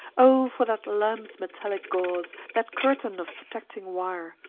o for that lamp's metallic gauze, that curtain of protecting wire,